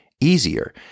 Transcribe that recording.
easier